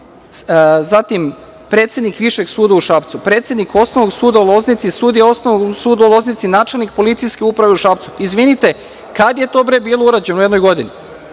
zatim predsednik Višeg suda u Šapcu, predsednik Osnovnog suda u Loznici, sudija Osnovnog suda u Loznici, načelnik policijske uprave u Šapcu. Izvinite, kada je to bilo urađeno u jednoj godini?